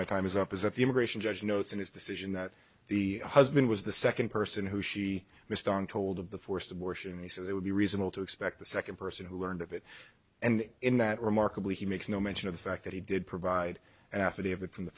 my time is up is that the immigration judge notes in his decision that the husband was the second person who she missed on told of the forced abortion and he said they would be reasonable to expect the second person who learned of it and in that remarkably he makes no mention of the fact that he did provide an affidavit from the